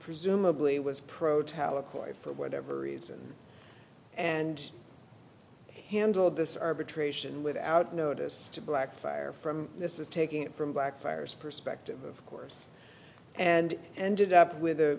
presumably was protel acquired for whatever reason and handled this arbitration without notice to blackfire from this is taking it from blackfriars perspective of course and ended up with